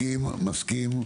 מסכים, מסכים.